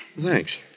Thanks